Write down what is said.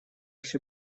się